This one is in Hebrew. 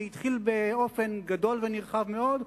שהתחיל באופן גדול ונרחב מאוד,